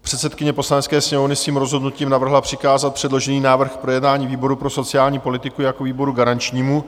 Předsedkyně Poslanecké sněmovny svým rozhodnutím navrhla přikázat předložený návrh k projednání výboru pro sociální politiku jako výboru garančnímu.